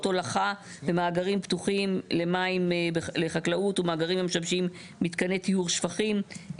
הולכה ומאגרים פתוחים למים לחקלאות ומאגרים המשמשים מתקני טיהור שפכים".